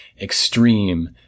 extreme